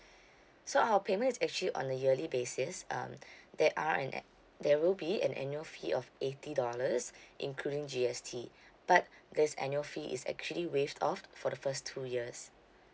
so our payments is actually on a yearly basis um there are an ann~ there will be an annual fee of eighty dollars including G_S_T but this annual fee is actually waived off for the first two years